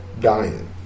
dying